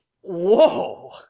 Whoa